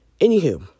Anywho